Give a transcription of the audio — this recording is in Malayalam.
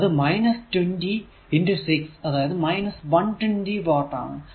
അത് 20 6 അതായത് 120 വാട്ട് ആണ്